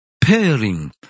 pairing